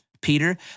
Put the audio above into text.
Peter